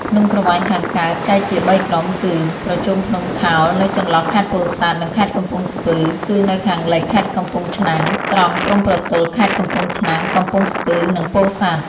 ភ្នំក្រវាញខាងកើត ចែកជាបីក្រុមគឺ ប្រជុំភ្នំខោល នៅចន្លោះខេត្តពោធិ៍សាត់ និងខេត្តកំពង់ស្ពឺ គឺនៅខាងលិចខេត្តកំពង់ ឆ្នាំង ត្រង់ព្រំប្រទល់ខេត្តកំពង់ឆ្នាំង កំពង់ស្ពឺ និងពោធិ៍សាត់ ។